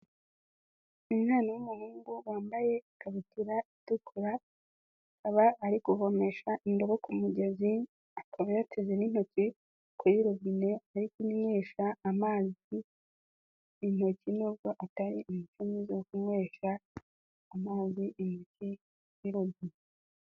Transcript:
Umwana w'umuhungu wambaye ikabutura itukura, akaba ari kuvomesha indobo ku mugezi, akaba yateze n'intoki kuri robine ari kunywesha amazi intoki n'ubwo atari umuco mwiza kunywesha amazi intoki kuri robine.